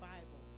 Bible